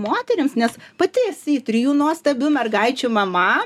moterims nes pati esi trijų nuostabių mergaičių mama